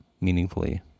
meaningfully